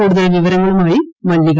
കൂടുതൽ വിവരങ്ങളുമായി മല്ലിക